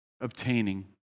obtaining